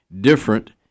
different